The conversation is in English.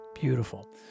Beautiful